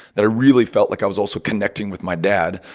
that i really felt like i was also connecting with my dad,